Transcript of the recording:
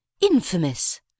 Infamous